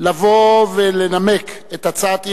אני מאוד מודה לו על תשובתו המפורטת על הצעת האי-אמון,